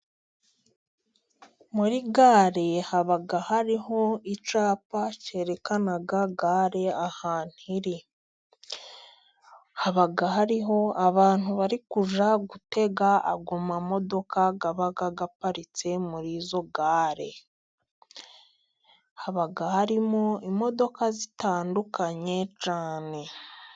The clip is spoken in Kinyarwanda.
Muri gare haba hariho icyapa cyerekana gare ahantu iri ,haba hariho abantu bari kujya gutega ayo mamodoka aba aparitse muri izo gare, haba harimo imodoka zitandukanye cyane.